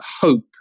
hope